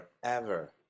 forever